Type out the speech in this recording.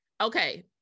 Okay